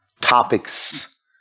topics